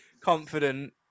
confident